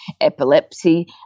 epilepsy